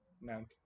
Mount